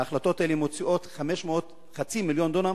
ההחלטות האלה מוציאות חצי מיליון דונם,